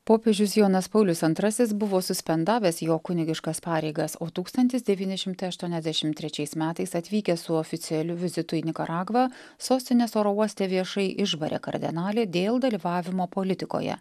popiežius jonas paulius antrasis buvo suspendavęs jo kunigiškas pareigas o tūkstantis devyni šimtai aštuoniasdešimt trečiais metais atvykęs su oficialiu vizitu į nikaragvą sostinės oro uoste viešai išbarė kardinaliai dėl dalyvavimo politikoje